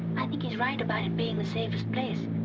i think he's right about it being the safest place.